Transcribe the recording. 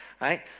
right